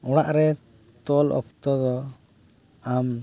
ᱚᱲᱟᱜ ᱨᱮ ᱛᱚᱞ ᱚᱠᱛᱚ ᱫᱚ ᱟᱢ